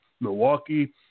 Milwaukee